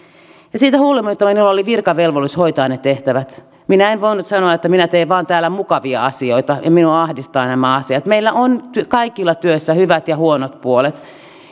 siitä huolimatta minulla oli virkavelvollisuus hoitaa ne tehtävät minä en voinut sanoa että minä teen täällä vain mukavia asioita ja minua ahdistavat nämä asiat meillä on kaikilla työssä hyvät ja huonot puolet